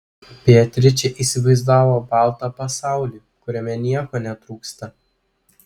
beatričė įsivaizdavo baltą pasaulį kuriame nieko netrūksta